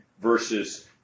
versus